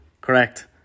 Correct